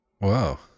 Wow